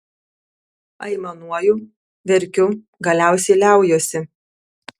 aimanuoju verkiu galiausiai liaujuosi